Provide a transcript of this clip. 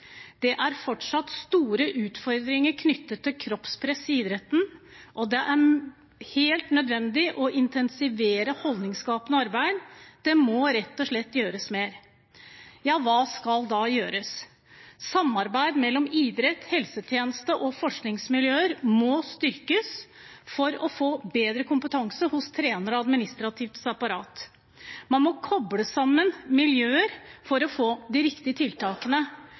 Det er fortsatt store utfordringer knyttet til kroppspress i idretten, og det er helt nødvendig å intensivere holdningsskapende arbeid. Det må rett og slett gjøres mer. Ja, hva skal da gjøres? Samarbeid mellom idrett, helsetjeneste og forskningsmiljøer må styrkes for å få bedre kompetanse hos trenere og administrativt apparat. Man må koble sammen miljøer for å få de riktige tiltakene,